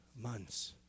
months